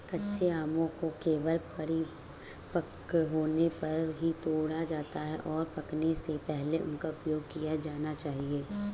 कच्चे आमों को केवल परिपक्व होने पर ही तोड़ा जाता है, और पकने से पहले उनका उपयोग किया जाना चाहिए